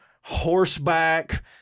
horseback